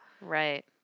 Right